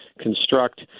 construct